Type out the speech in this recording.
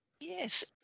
Yes